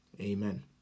Amen